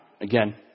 again